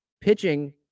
pitching